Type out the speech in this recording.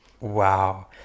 Wow